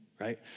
right